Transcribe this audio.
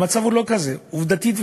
המצב הוא לא כזה, עובדתית.